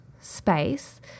space